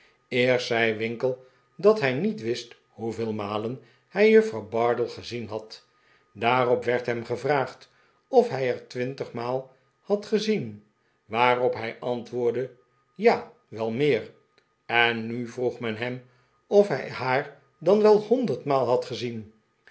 eerst zei winkle dat hij niet wist hoeveel malen hij juffrouw bardell gezien had daarop werd hem gevraagd of hij haar twintigmaal had gezien waarop hij antwoordde ja wel meer en nu vroeg men hem of hij haar dan wel honderdmaal had gezien